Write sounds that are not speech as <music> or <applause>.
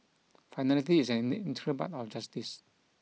finality is an <unintelligible> integral part of justice